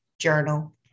journal